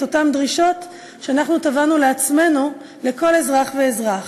אותן דרישות שאנחנו תבענו לעצמנו לכל אזרח ואזרח,